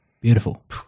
Beautiful